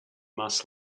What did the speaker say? must